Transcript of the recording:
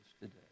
today